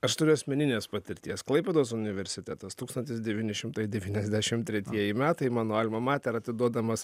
aš turiu asmeninės patirties klaipėdos universitetas tūkstantis devyni šimtai devyniasdešimt tretieji metai mano alma mater atiduodamos